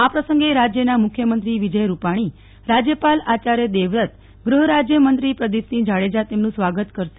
આ પ્રસંગે રાજ્યના મુખ્યમંત્રી વિજય સ્માણી રાજ્યપાલ આચાર્ય દેવવ્રત ગ્રહરાજ્યમંત્રી પ્રદિપસિંહ જાડેજા તેમનું સ્વાગત કરશે